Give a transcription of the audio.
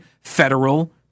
federal